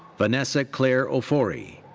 vanessa claire ofori.